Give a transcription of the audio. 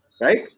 Right